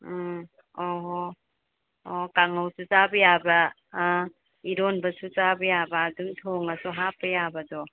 ꯎꯝ ꯑꯣ ꯍꯣ ꯑꯣ ꯀꯥꯡꯍꯧꯁꯨ ꯆꯥꯕ ꯌꯥꯕ ꯑꯥ ꯏꯔꯣꯟꯕꯁꯨ ꯆꯥꯕ ꯌꯥꯕ ꯑꯗꯨꯝ ꯊꯣꯡꯉꯁꯨ ꯍꯥꯞꯄ ꯌꯥꯕꯗꯣ